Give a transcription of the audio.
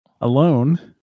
alone